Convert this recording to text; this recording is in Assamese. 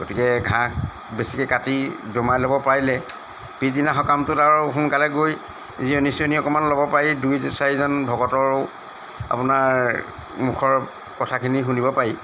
গতিকে ঘাঁহ বেছিকে কাটি দ'মাই ল'ব পাৰিলে পিছদিনা সকামটোত আৰু সোনকালে গৈ জিৰণি ছিৰণি অকমান ল'ব পাৰি দুই চাৰিজন ভকতৰো আপোনাৰ মুখৰ কথাখিনি শুনিব পাৰি